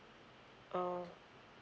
oh